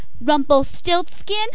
Rumpelstiltskin